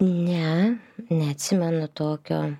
ne neatsimenu tokio